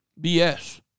BS